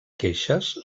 queixes